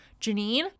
Janine